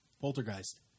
Poltergeist